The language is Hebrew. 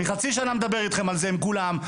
אני חצי שנה מדבר אתכם על זה, עם כולם.